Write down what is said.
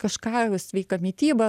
kažką sveiką mitybą